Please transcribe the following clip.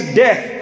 death